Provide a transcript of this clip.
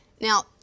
now